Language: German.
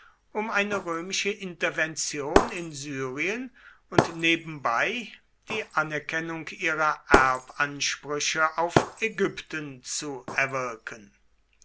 um eine römische intervention in syrien und nebenbei die anerkennung ihrer erbansprüche auf ägypten zu erwirken